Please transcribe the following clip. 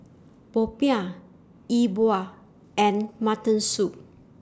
Popiah E Bua and Mutton Soup